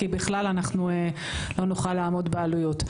כי אז בכלל לא נוכל לעמוד בעלויות.